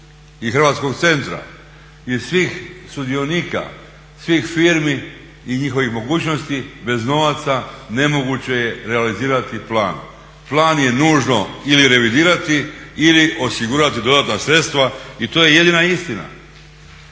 Hrvatskog centra i svih sudionika, svih firmi i njihovih mogućnosti bez novaca nemoguće je realizirati plan. Plan je nužno ili revidirati ili osigurati dodatna sredstva i to je jedina istina.